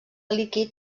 líquid